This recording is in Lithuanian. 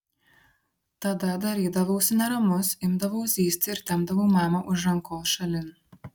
tada darydavausi neramus imdavau zyzti ir tempdavau mamą už rankos šalin